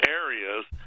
areas